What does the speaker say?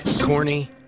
Corny